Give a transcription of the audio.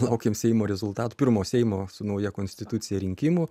laukėme seimo rezultatų pirmo seimo su nauja konstitucija rinkimų